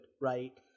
right